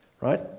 right